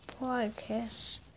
Podcast